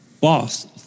boss